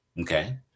okay